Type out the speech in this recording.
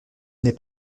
n’est